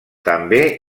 també